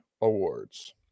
awards